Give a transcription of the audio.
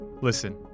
listen